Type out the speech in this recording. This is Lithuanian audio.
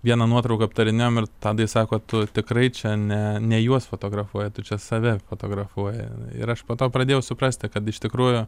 vieną nuotrauką aptarinėjom ir tadai sako tu tikrai čia ne ne juos fotografuoji tu čia save fotografuoji ir aš po to pradėjau suprasti kad iš tikrųjų